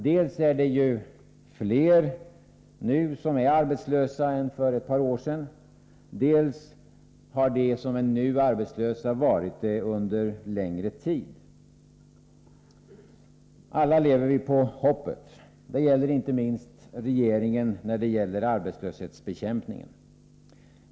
Dels är det nu fler som är arbetslösa än för ett par år sedan, dels har de som nu är arbetslösa varit det under en längre tid. Alla lever vi på hoppet. Det gör inte minst regeringen när det gäller arbetslöshetsbekämpningen.